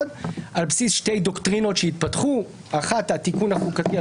על בסיס שתי דוקטרינות שהתפתחו כאשר האחת היא התיקון החוקתי,